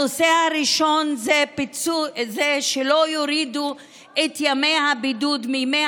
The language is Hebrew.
הנושא הראשון זה שלא יורידו את ימי הבידוד מימי